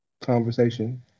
conversation